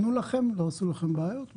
ומשרד הבריאות נתן לכם ולא עשה לכם בעיות?